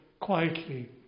quietly